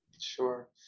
Sure